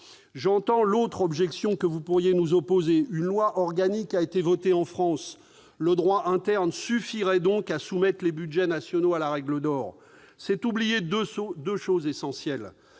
J'entends l'autre objection que vous pourriez nous opposer : une loi organique ayant été votée en France, le droit interne suffirait donc à soumettre les budgets nationaux à la règle d'or. C'est oublier deux choses essentielles.